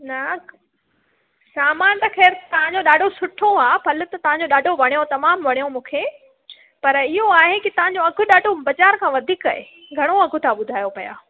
न सामान त ख़ैरि तव्हांजो ॾाढो सुठो आहे फल त तव्हांजो ॾाढो वणियो तमामु वणियो मूंखे पर इहो आहे की तव्हांजो अघु ॾाढो बाज़ारि खां वधीक घणो अघ था ॿुधायो पया